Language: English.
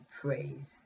praise